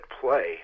play